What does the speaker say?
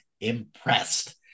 impressed